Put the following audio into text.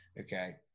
okay